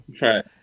Right